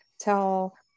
tell